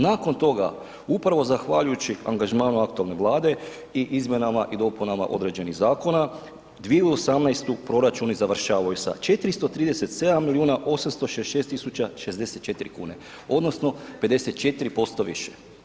Nakon toga, upravo zahvaljujući angažmanu aktualne Vlade i izmjenama i dopunama određenih zakona, 2018. proračun je završavao sa 437 milijuna 866 064 kuna odnosno 54% više.